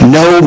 no